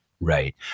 Right